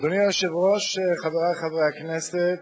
אדוני היושב-ראש, חברי חברי הכנסת,